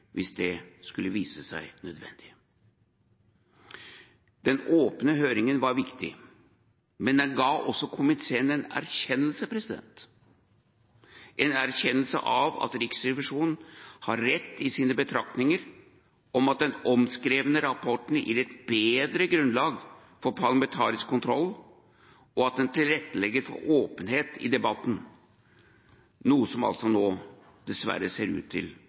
hvis det skulle vise seg nødvendig. Den åpne høringen var viktig, men den ga også komiteen en erkjennelse av at Riksrevisjonen har rett i sine betraktninger om at den omskrevne rapporten gir et bedre grunnlag for parlamentarisk kontroll, og at den tilrettelegger for åpenhet i debatten, noe som altså nå dessverre ser ut til